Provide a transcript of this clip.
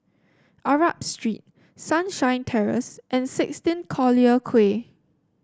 Arab Street Sunshine Terrace and sixteen Collyer Quay